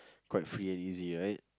quite free and easy right